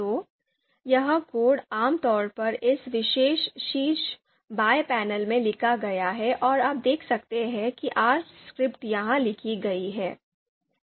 तो यह कोड आमतौर पर इस विशेष शीर्ष बाएं पैनल में लिखा गया है और आप देख सकते हैं कि R स्क्रिप्ट यहां लिखी गई है